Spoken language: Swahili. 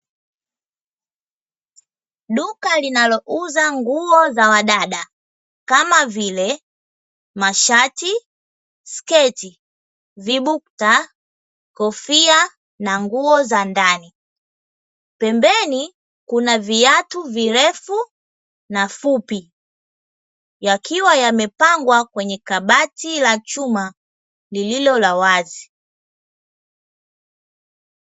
Duka linalouza nguo za wadada kama vile: mashati, sketi, vibukta, kofia na nguo za ndani; pembeni kuna viatu virefu na vifupi; vikiwa vimepangwa kwenye kabati la chuma lililo la wazi